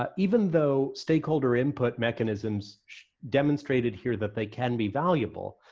um even though stakeholder input mechanisms demonstrated here that they can be valuable,